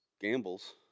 gambles